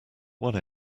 one